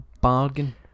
bargain